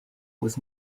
was